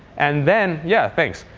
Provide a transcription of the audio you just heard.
and then yeah, thanks.